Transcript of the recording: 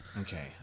Okay